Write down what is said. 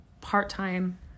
part-time